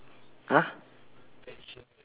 !huh!